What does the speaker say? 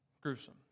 gruesome